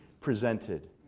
presented